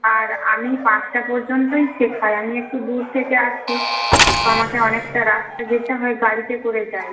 আর আমি পাঁচটা পর্যন্তই শেখাই আমি একটু দূর থেকে আসি তো আমাকে অনেকটা রাস্তা যেতে হয় গাড়িতে করে যাই